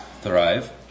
thrive